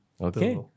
Okay